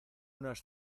unas